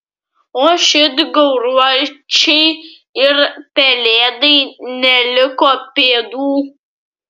o šit gauruočiui ir pelėdai neliko pėdų